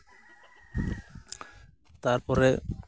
ᱛᱟᱨᱯᱚᱨᱮ